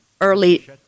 early